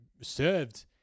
served